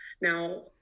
now